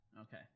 Okay